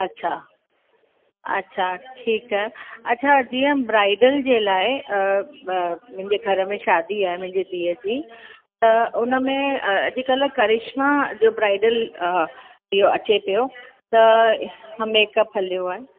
अच्छा अच्छा ठीकु आहे अच्छा जीअं ब्राइडल जे लाइ मुंहिंजे घर में शादी आहे मुंहिंजी धीअ जी त उनमें अॼकल्ह करिश्मा जो ब्राइडल इहो अचे पियो त मेकअप हलियो आहे